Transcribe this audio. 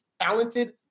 talented